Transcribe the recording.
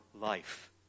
life